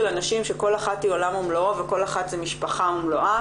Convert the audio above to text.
הנשים שכל אחת היא עולם ומלואו וכל אחת זה משפחה ומלואה,